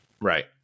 Right